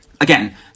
Again